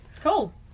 Cool